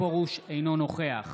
אינו נוכח